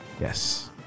yes